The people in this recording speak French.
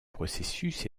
processus